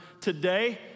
today